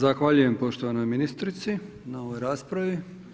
Zahvaljujem poštovanoj ministrici na ovoj raspravi.